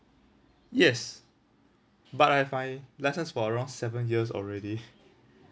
yes but I've my licence for around seven years already